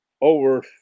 over